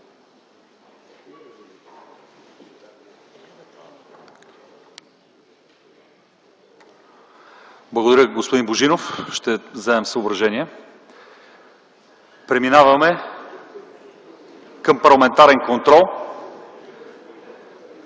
Благодаря Ви, господин Божинов, ще вземем отношение. Преминаваме към парламентарен контрол.